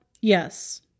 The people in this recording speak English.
Yes